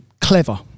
clever